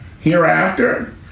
hereafter